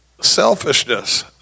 selfishness